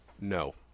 No